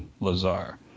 Lazar